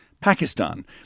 Pakistan